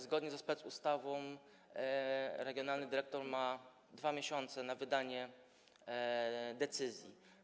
Zgodnie ze specustawą regionalny dyrektor ma 2 miesiące na wydanie decyzji.